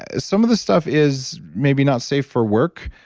ah some of this stuff is maybe not safe for work,